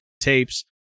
tapes